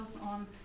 on